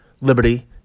liberty